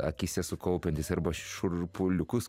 akyse sukaupiantis arba šiurpuliukus